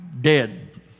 dead